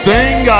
Sing